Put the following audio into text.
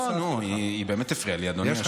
לא, נו, היא באמת הפריעה לי, אדוני היושב-ראש.